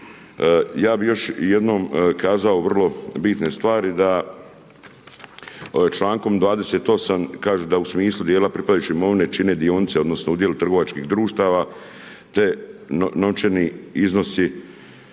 Ja bi još jednom kazao vrlo bitne stvari, da čl. 28. kaže da u smislu dijela pripadajuće imovine, čine dionice, odnosno, udjeli trgovačkih društava te novčani iznosi